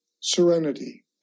Serenity